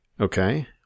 okay